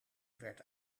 werd